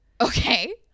Okay